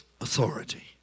Authority